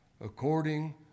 according